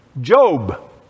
Job